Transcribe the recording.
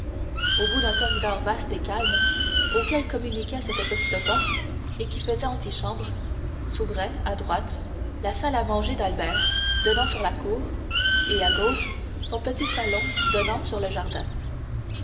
au bout d'un corridor vaste et calme auquel communiquait cette petite porte et qui faisait antichambre s'ouvrait à droite la salle à manger d'albert donnant sur la cour et à gauche son petit salon donnant sur le jardin